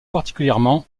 particulièrement